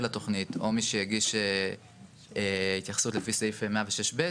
לתוכנית או מי שהגיש התייחסות לפי סעיף 106(ב)